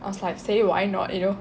I was like say why not you know